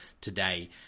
today